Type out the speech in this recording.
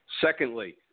Secondly